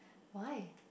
why